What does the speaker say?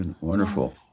wonderful